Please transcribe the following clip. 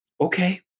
okay